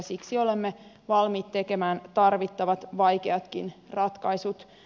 siksi olemme valmiit tekemään tarvittavat vaikeatkin ratkaisut